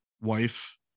wife